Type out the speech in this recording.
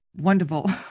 wonderful